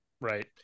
right